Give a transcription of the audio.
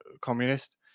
communist